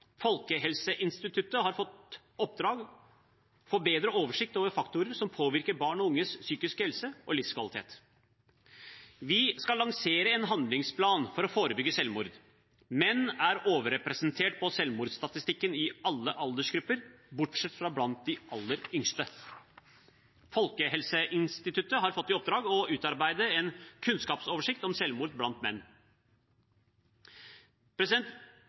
Folkehelseinstituttet har fått i oppdrag å få bedre oversikt over faktorer som påvirker barn og unges psykiske helse og livskvalitet. Vi skal lansere en handlingsplan for å forebygge selvmord. Menn er overrepresentert på selvmordsstatistikken i alle aldersgrupper, bortsett fra blant de aller yngste. Folkehelseinstituttet har fått i oppdrag å utarbeide en kunnskapsoversikt om selvmord blant menn.